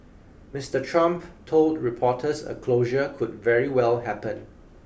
Mister Trump told reporters a closure could very well happen